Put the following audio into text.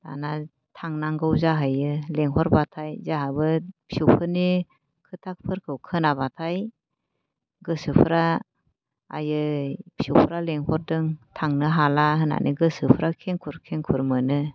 दाना थांनांगौ जाहैयो लेंहरबाथाय जोंहाबो फिसौफोरनि खोथाफोरखौ खोनाबाथाय गोसोफ्रा आयै फिसौफ्रा लिंहरदों थांनो हाला होननानै गोसोफ्रा खेंखुर खेंखुर मोनो